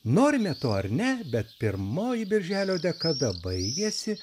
norime to ar ne bet pirmoji birželio dekada baigiasi